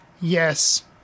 yes